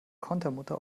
kontermutter